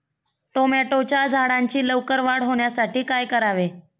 टोमॅटोच्या झाडांची लवकर वाढ होण्यासाठी काय करावे?